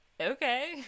okay